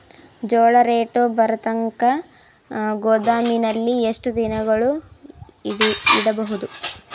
ಜೋಳ ರೇಟು ಬರತಂಕ ಗೋದಾಮಿನಲ್ಲಿ ಎಷ್ಟು ದಿನಗಳು ಯಿಡಬಹುದು?